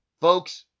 Folks